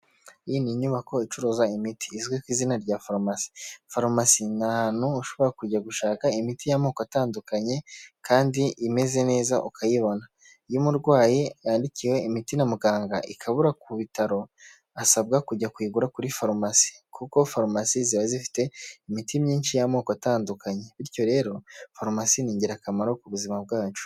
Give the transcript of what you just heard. Iyi ni inyubako icuruza imiti izwi ku izina rya farumasi, farumasi ni ahantu ushobora kujya gushaka imiti y'amoko atandukanye kandi imeze neza ukayibona, iyo umurwayi yandikiwe imiti na muganga ikabura ku bitaro asabwa kujya kuyigura kuri farumasi kuko farumasi ziba zifite imiti myinshi y'amoko atandukanye bityo rero farumasi ni ingirakamaro ku buzima bwacu.